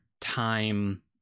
time